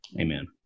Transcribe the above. Amen